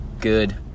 good